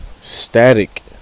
Static